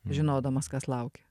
žinodamas kas laukia